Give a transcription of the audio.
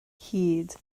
hud